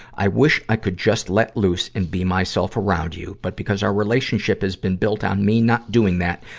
i wish i could just let loose and be myself around you, but because our relationship has been built on me not doing that,